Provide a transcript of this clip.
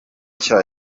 cha